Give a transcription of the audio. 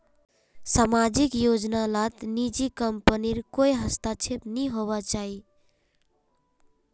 सामाजिक योजना लात निजी कम्पनीर कोए हस्तक्षेप नि होवा चाहि